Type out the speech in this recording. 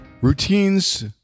Routines